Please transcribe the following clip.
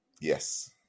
Yes